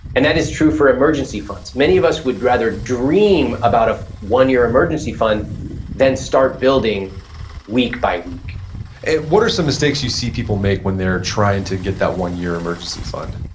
and that is true for emergency funds. many of us would rather dream about a one-year emergency fund than start building week by week what are some mistakes you see people make when they're trying to get that one-year emergency fund?